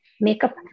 makeup